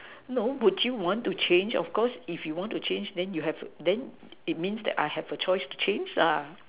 no would you want to change of course if you want to change then you have then it means that I have a choice to change lah